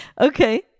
okay